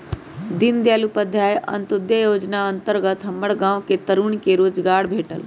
दीनदयाल उपाध्याय अंत्योदय जोजना के अंतर्गत हमर गांव के तरुन के रोजगार भेटल